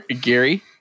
Gary